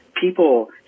people